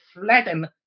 flatten